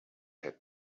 had